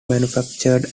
manufactured